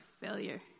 failure